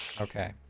Okay